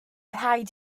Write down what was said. rhaid